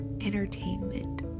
entertainment